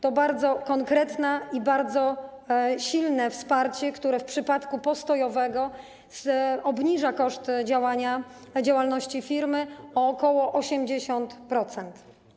To bardzo konkretne i bardzo silne wsparcie, które w przypadku postojowego obniża koszty działania, działalności firmy o ok. 80%.